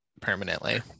permanently